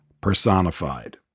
personified